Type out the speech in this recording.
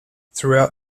throughout